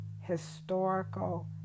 historical